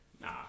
Nah